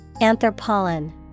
Anthropollen